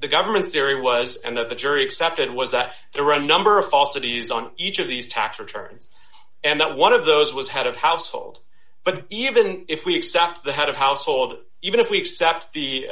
the government theory was and the jury accepted was that there were a number of falsities on each of these tax returns and that one of those was head of household but even if we accept the head of household even if we accept the